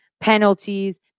penalties